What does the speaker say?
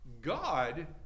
God